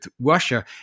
Russia